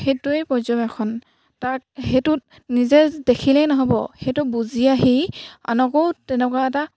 সেইটোৱেই পৰ্যবেক্ষণ তাৰ সেইটোত নিজে দেখিলেই নহ'ব সেইটো বুজি আহি আনকো তেনেকুৱা এটা